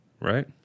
right